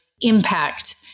impact